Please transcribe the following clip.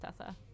Tessa